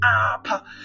up